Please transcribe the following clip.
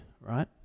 right